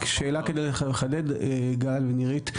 רק שאלה כדי לחדד, גל ונירית.